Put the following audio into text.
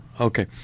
Okay